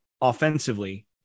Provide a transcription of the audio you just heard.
offensively